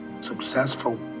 successful